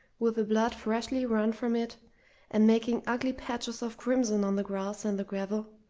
with the blood freshly run from it and making ugly patches of crimson on the grass and the gravel,